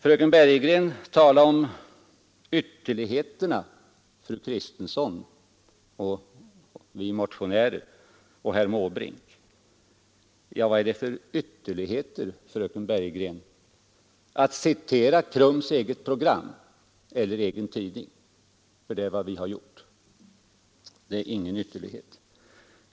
Fröken Bergegren talade om ytterligheterna — fru Kristensson och vi motionärer och herr Måbrink. Ja, vad är det för ytterligheter, fröken Bergegren? Att citera KRUM:s eget program eller KRUM:s egen tidning — för det är vad vi har gjort — är ingen ytterlighet.